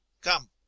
Come